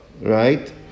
right